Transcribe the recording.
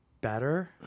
Better